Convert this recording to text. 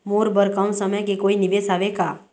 मोर बर कम समय के कोई निवेश हावे का?